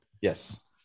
Yes